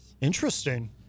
Interesting